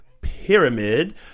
pyramid